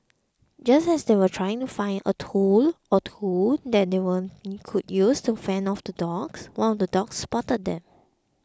just as they were trying to find a tool or two that they one could use to fend off the dogs one of the dogs spotted them